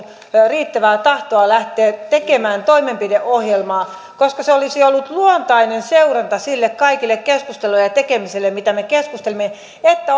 riittävää tahtoa lähteä tekemään toimenpideohjelmaa koska se olisi ollut luontainen seuraus sille kaikelle keskustelulle ja tekemiselle me keskustelimme että